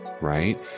right